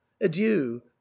adieu